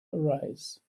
arise